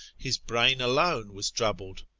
his brain alone was troubled.